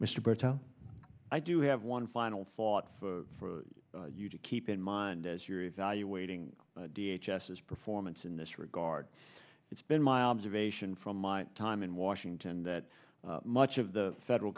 britto i do have one final thought for you to keep in mind as you're evaluating d h s s performance in this regard it's been my observation from my time in washington that much of the federal